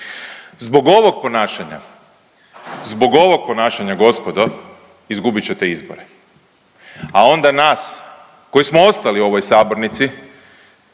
Zbog ovog ponašanja, zbog ovog ponašanja gospodo izgubit ćete izbore, a onda nas koji smo ostali u ovoj sabornici,